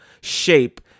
shape